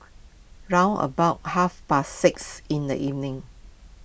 round about half past six in the evening